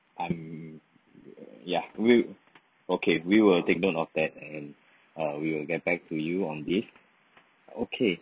um ya we okay we will take note of that uh we will get back to you on this okay